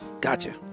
Gotcha